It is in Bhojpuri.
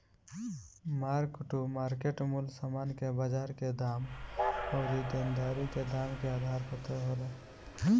मार्क टू मार्केट मूल्य समान के बाजार के दाम अउरी देनदारी के दाम के आधार पर तय होला